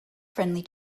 friendly